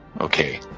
Okay